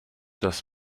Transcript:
das